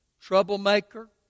Troublemaker